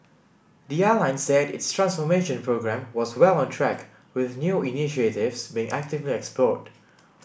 the airline said its transformation programme was well on track with new initiatives being actively explored